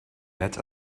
let